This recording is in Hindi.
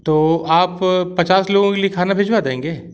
तो आप पचास लोगों के लिए खाना भिजवा देंगे